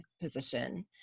position